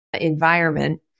environment